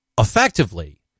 effectively